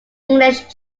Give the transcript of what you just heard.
english